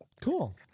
Cool